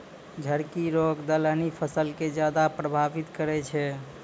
झड़की रोग दलहनी फसल के ज्यादा प्रभावित करै छै